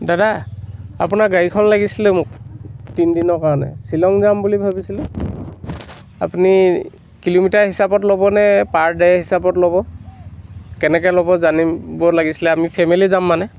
দাদা আপোনাৰ গাড়ীখন লাগিছিল মোক তিনিদিনৰ কাৰণে শ্বিলং যাম বুলি ভাবিছিলোঁ আপুনি কিলোমিটাৰ হিচাপত ল'বনে পাৰ দে হিচাপত ল'ব কেনেকৈ ল'ব জানিব লাগিছিল আমি ফেমিলি যাম মানে